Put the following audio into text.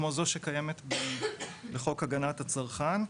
כמו זו שקיימת בחוק הגנת הצרכן.